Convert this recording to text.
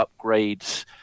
upgrades